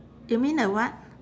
you mean a what